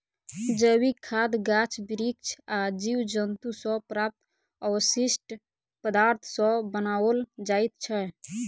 जैविक खाद गाछ बिरिछ आ जीव जन्तु सॅ प्राप्त अवशिष्ट पदार्थ सॅ बनाओल जाइत छै